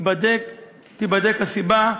תיבדק הסיבה.